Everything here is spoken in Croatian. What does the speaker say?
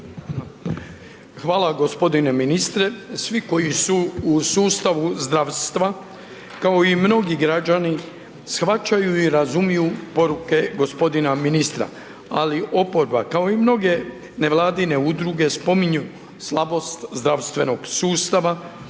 Hvala gospodine ministre, svi koji su u sustavu zdravstva kao i mnogi građani shvaćaju i razumiju poruke gospodina ministra, ali oporba kao i mnoge nevladine udruge spominju slabost zdravstvenog sustava,